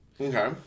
Okay